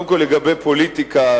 קודם כול לגבי פוליטיקה.